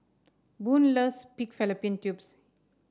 Boone loves Pig Fallopian Tubes